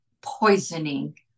poisoning